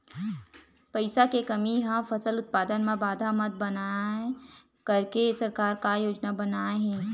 पईसा के कमी हा फसल उत्पादन मा बाधा मत बनाए करके सरकार का योजना बनाए हे?